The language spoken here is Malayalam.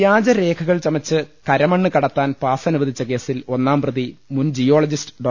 വ്യാജരേഖകൾ ചമച്ച് കരമണ്ണ് കടത്താൻ പാസ് അനുവദിച്ച കേസിൽ ഒന്നാം പ്രതി മുൻ ജിയോളജിസ്റ്റ് ഡോ